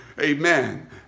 Amen